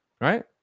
right